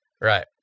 Right